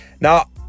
Now